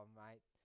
mate